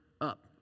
up